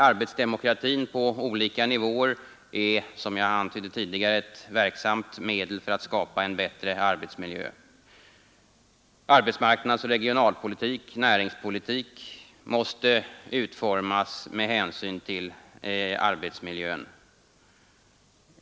Arbetsdemokratin på olika nivåer är, som jag antydde tidigare, ett verksamt medel för att skapa bättre arbetsmiljö. Arbetsmarknadspolitik, regionalpolitik och näringspolitik måste utformas med hänsyn till arbetsmiljön.